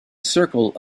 circle